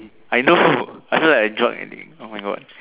I know I feel like a drug addict oh my God